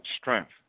strength